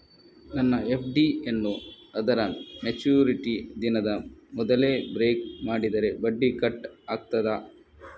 ನನ್ನ ಎಫ್.ಡಿ ಯನ್ನೂ ಅದರ ಮೆಚುರಿಟಿ ದಿನದ ಮೊದಲೇ ಬ್ರೇಕ್ ಮಾಡಿದರೆ ಬಡ್ಡಿ ಕಟ್ ಆಗ್ತದಾ?